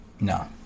No